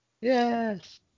Yes